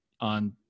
on